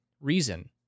reason